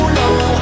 low